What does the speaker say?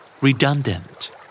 Redundant